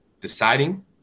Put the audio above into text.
Deciding